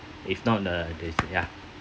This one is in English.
if not uh there's ya